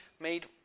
made